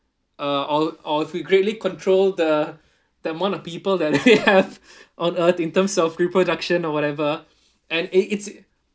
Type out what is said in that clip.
uh or or if we greatly control the the amount of people that we have on earth in terms of reproduction or whatever and it it's